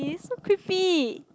so creepy